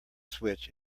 switch